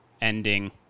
ending